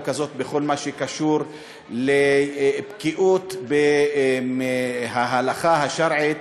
הזאת בכל מה שקשור לבקיאות בהלכה השרעית,